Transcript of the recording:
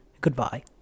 Goodbye